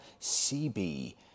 CB